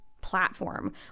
platform